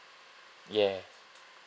yes